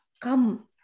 come